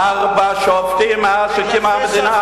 ארבעה שופטים מאז שקמה המדינה.